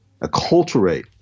acculturate